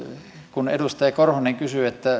kun edustaja korhonen kysyi